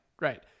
right